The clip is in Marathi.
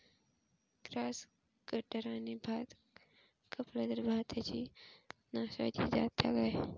ग्रास कटराने भात कपला तर भाताची नाशादी जाता काय?